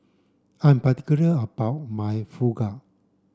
I'm particular about my Fugu